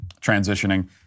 transitioning